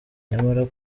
nyamara